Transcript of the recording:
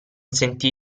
sentì